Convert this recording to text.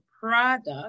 product